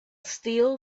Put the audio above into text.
steel